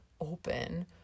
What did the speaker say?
open